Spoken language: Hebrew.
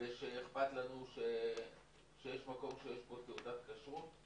ושאכפת לנו שיש מקום שיש בו תעודת כשרות,